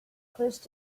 close